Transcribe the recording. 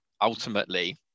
ultimately